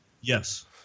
Yes